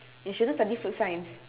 you shouldn't study food science